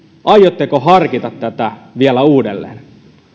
aiotteko harkita tätä vielä uudelleen